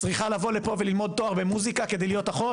צריכה לבוא לפה וללמוד תואר במוזיקה כדי להיות אחות?